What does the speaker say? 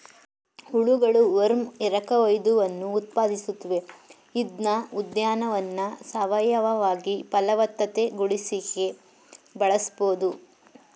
ಹುಳಗಳು ವರ್ಮ್ ಎರಕಹೊಯ್ದವನ್ನು ಉತ್ಪಾದಿಸುತ್ವೆ ಇದ್ನ ಉದ್ಯಾನವನ್ನ ಸಾವಯವವಾಗಿ ಫಲವತ್ತತೆಗೊಳಿಸಿಕೆ ಬಳಸ್ಬೋದು